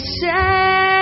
say